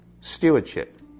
Stewardship